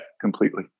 completely